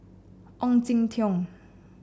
Ong Jin Teong